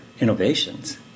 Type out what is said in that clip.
innovations